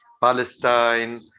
Palestine